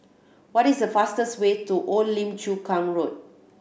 what is the fastest way to Old Lim Chu Kang Road